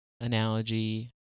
analogy